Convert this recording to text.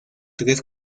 tres